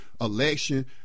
election